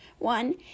one